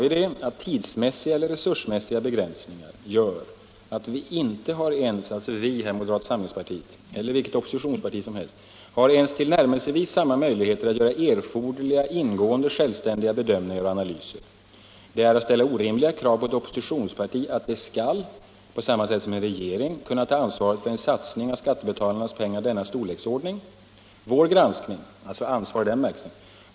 Där anförde vi: ”Tidsmässiga eller resursmässiga begränsningar gör att vi” — alltså moderaterna, eller vilket oppositionsparti som helst — ”inte har ens tillnärmelsevis samma möjligheter att göra erforderliga ingående självständiga bedömningar och analyser. Det är att ställa orimliga krav på ett oppositionsparti att det skall — på samma sätt som en regering — kunna ta ansvaret för en satsning av skattebetalarnas pengar av denna storleksordning.